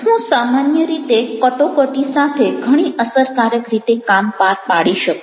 હું સામાન્ય રીતે કટોકટી સાથે ઘણી અસરકારક રીતે કામ પાર પાડી શકું છું